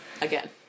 again